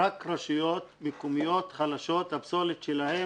רק רשויות מקומיות חלשות הפסולת שלהן